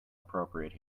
appropriate